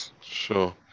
Sure